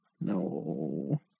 No